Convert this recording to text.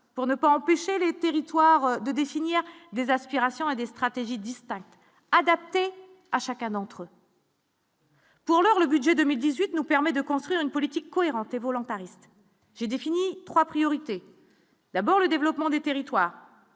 pour ne pas empêcher les territoires de définir des aspirations et des stratégies distinctes adaptée à chacun d'entre eux. Pour l'heure, le budget 2018 nous permet de construire une politique cohérente et volontariste, j'ai défini 3 priorités : la le développement des territoires,